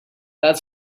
that